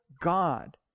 God